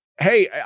Hey